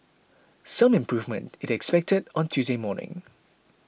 some improvement is expected on Tuesday morning